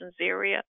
area